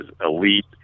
elite